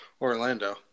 Orlando